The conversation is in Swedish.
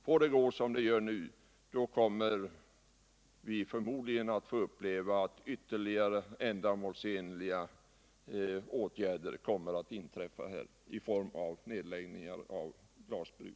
Får det gå som det gör nu, kommer vi förmodligen att få uppleva att ytterligare ”ändamålsenliga åtgärder” kommer att inträffa i form av nedläggningar av ytterligare glasbruk.